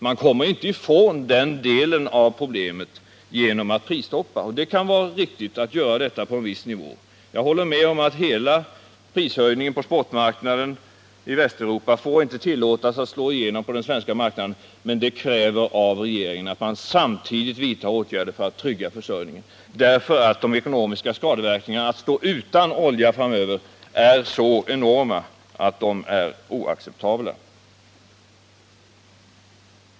Man kommer inte ifrån den delen av problemet genom ett prisstopp. Det kan vara riktigt att ha ett prisstopp på en viss nivå under viss tid. Jag håller med om att hela prishöjningen på spotmarknaden i Västeuropa inte får tillåtas att slå igenom på den svenska marknaden. Men det kräver av regeringen att den samtidigt vidtar åtgärder för att trygga försörjningen. De ekonomiska skadeverkningarna av att vi framöver står utan olja är nämligen så enorma att de är oacceptabla.